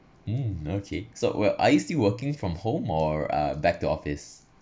mm okay so were are you still working from home or uh back to office